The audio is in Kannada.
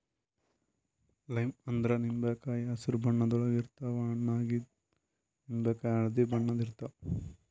ಲೈಮ್ ಅಂದ್ರ ನಿಂಬಿಕಾಯಿ ಹಸ್ರ್ ಬಣ್ಣದ್ ಗೊಳ್ ಇರ್ತವ್ ಹಣ್ಣ್ ಆಗಿವ್ ನಿಂಬಿಕಾಯಿ ಹಳ್ದಿ ಬಣ್ಣದ್ ಇರ್ತವ್